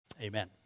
Amen